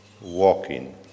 walking